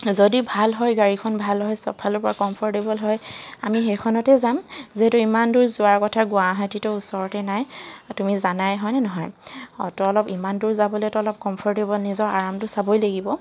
যদি ভাল হয় গাড়ীখন ভাল হয় চবফালৰপৰা কমফৰ্টেবুল হয় আমি সেইখনতে যাম যিহেতু ইমান দূৰ যোৱাৰ কথা গুৱাহাটী তো ওচৰতে নাই তুমি জানাই নহয় হয়নে নহয় অঁতো অলপ ইমান দূৰ যাবলৈতো অলপ কমফৰ্টেবুল নিজৰ আৰামটো চাবই লাগিব